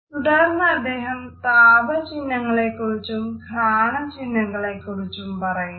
തുടർന്ന് അദ്ദേഹം താപ ചിഹ്നങ്ങളെക്കുറിച്ചും ഘ്രാണ ചിഹ്നങ്ങളെക്കുറിച്ചും പറയുന്നു